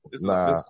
Nah